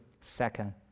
second